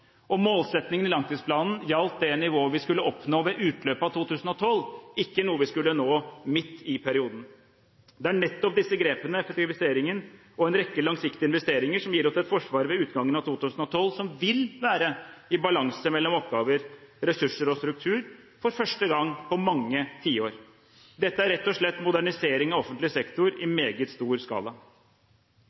i langtidsplanen gjaldt det nivået vi skulle oppnå ved utgangen av 2012 – ikke noe vi skulle nå midt i perioden. Det er nettopp disse grepene, effektviseringen og en rekke langsiktige investeringer som gir oss et forsvar ved utgangen av 2012 som vil være i balanse mellom oppgaver, ressurser og struktur – for første gang på mange tiår. Dette er rett og slett modernisering av offentlig sektor i meget stor skala.